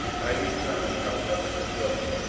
i determined, however, to go,